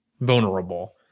vulnerable